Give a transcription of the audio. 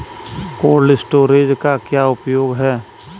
Cold storage का क्या उपयोग है?